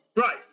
Right